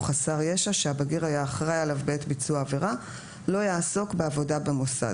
חסר ישע שהבגיר היה אחראי עליו בעת ביצוע העבירה לא יעסוק בעודה במוסד.